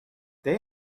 they